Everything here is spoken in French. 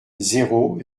zéro